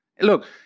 look